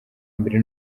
mbere